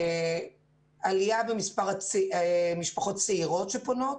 עלייה במספר משפחות צעירות שפונות,